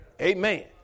Amen